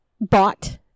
bought